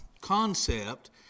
concept